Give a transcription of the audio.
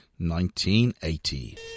1980